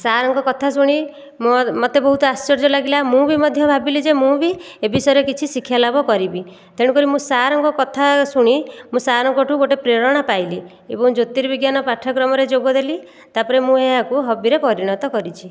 ସାର୍ଙ୍କ କଥା ଶୁଣି ମୋ ମୋତେ ବହୁତ ଆଶ୍ଚର୍ଯ୍ୟ ଲାଗିଲା ମୁଁ ବି ମଧ୍ୟ ଭାବିଲି ଯେ ମୁଁ ବି ଏ ବିଷୟରେ କିଛି ଶିକ୍ଷା ଲାଭ କରିବି ତେଣୁ କରି ମୁଁ ସାର୍ଙ୍କ କଥା ଶୁଣି ମୁଁ ସାର୍ଙ୍କଠାରୁ ଗୋଟିଏ ପ୍ରେରଣା ପାଇଲି ଏବଂ ଜ୍ୟୋତିର୍ବିଜ୍ଞାନ ପାଠ୍ୟକ୍ରମରେ ଯୋଗଦେଲି ତାପରେ ମୁଁ ଏହାକୁ ହବିରେ ପରିଣତ କରିଛି